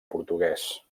portuguès